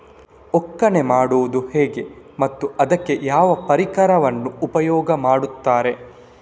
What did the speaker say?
ಒಕ್ಕಣೆ ಮಾಡುವುದು ಹೇಗೆ ಮತ್ತು ಅದಕ್ಕೆ ಯಾವ ಪರಿಕರವನ್ನು ಉಪಯೋಗ ಮಾಡುತ್ತಾರೆ?